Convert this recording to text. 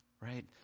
Right